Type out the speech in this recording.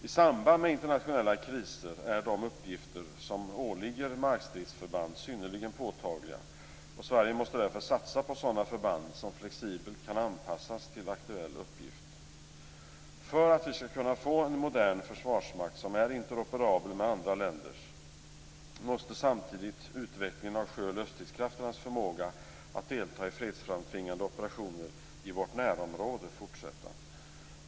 I samband med internationella kriser är de uppgifter som åligger markstridsförband synnerligen påtagliga. Sverige måste därför satsa på sådana förband som flexibelt kan anpassas till aktuell uppgift. För att vi skall kunna få en modern försvarsmakt som är interoperabel med andra länders måste samtidigt utvecklingen av sjö och luftstridskrafternas förmåga att delta i fredsframtvingande operationer i vårt närområde fortsätta.